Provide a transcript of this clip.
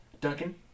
Duncan